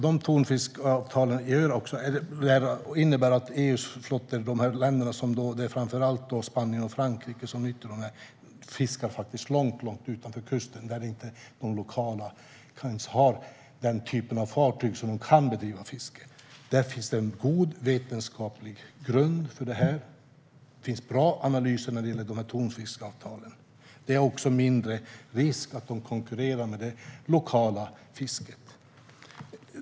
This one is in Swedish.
De tonfiskavtalen innebär att EU:s flottor - det är framför allt Spanien och Frankrike som nyttjar dem - fiskar långt utanför kusten där de lokala inte ens har den typen av fartyg att de kan bedriva fiske. Det finns en god vetenskaplig grund för detta. Det finns bra analyser när det gäller tonfiskavtalen. Det är också mindre risk att de konkurrerar med det lokala fisket.